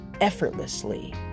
effortlessly